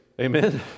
Amen